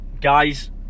guys